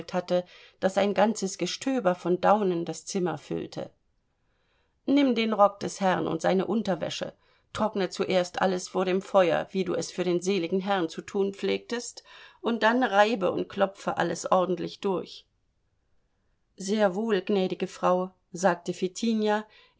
hatte daß ein ganzes gestöber von daunen das zimmer füllte nimm den rock des herrn und seine unterwäsche trockne zuerst alles vor dem feuer wie du es für den seligen herrn zu tun pflegtest und dann reibe und klopfe alles ordentlich durch sehr wohl gnädige sagte